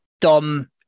Dom